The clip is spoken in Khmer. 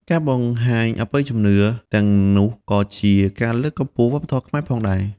ការបង្ហាញអបិយជំនឿទាំងនោះក៏ជាការលើកកម្ពស់វប្បធម៌ខ្មែរផងដែរ។